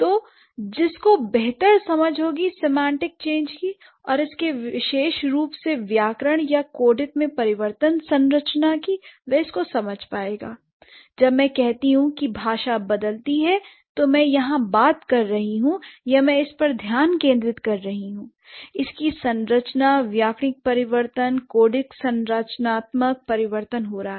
तो जिसको बेहतर समझ होगी सेमांटिक चेंज की और इसके विशेष रूप से व्याकरण या कोडित में परिवर्तन संरचना की वह इसको समझ पाएगा l जब मैं कहती हूं कि भाषा बदलती है तो मैं यहां बात कर रही हूं या मैं इस पर ध्यान केंद्रित कर रही हूं l इसकी संरचना व्याकरणिक परिवर्तन कोडित संरचनात्मक परिवर्तन हो रहा है